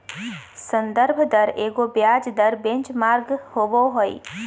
संदर्भ दर एगो ब्याज दर बेंचमार्क होबो हइ